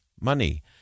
money